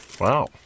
Wow